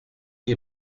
you